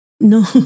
No